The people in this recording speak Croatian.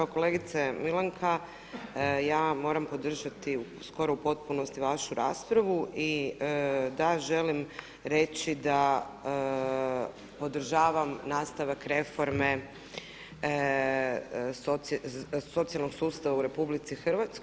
Pa kolegice Milanka, ja moram podržati skoro u potpunosti vašu raspravu i da želim reći da podržavam nastavak reforme socijalnog sustava u RH.